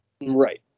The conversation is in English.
Right